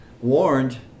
warned